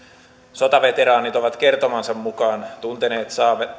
sotaveteraanit ovat kertomansa mukaan tunteneet